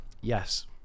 Yes